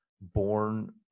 born